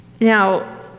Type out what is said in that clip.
Now